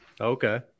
Okay